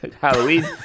Halloween